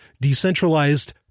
decentralized